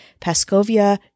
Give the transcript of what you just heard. Paskovia